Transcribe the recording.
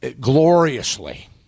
gloriously